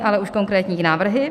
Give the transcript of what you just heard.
Ale už konkrétní návrhy.